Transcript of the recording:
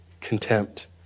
contempt